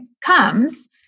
comes